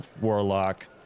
warlock